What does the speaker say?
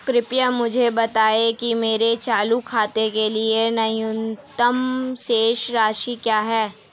कृपया मुझे बताएं कि मेरे चालू खाते के लिए न्यूनतम शेष राशि क्या है